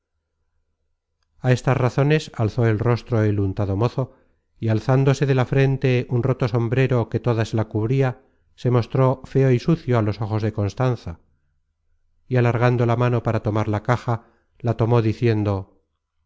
a estas razones alzó el rostro el untado mozo y alzándose de la frente un roto sombrero que toda se la cubria se mostró feo y sucio á los ojos de constanza y alargando la mano para tomar la caja la tomó